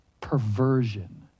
perversion